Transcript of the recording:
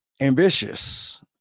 ambitious